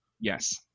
Yes